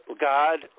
God